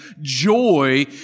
Joy